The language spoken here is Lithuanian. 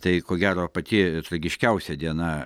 tai ko gero pati tragiškiausia diena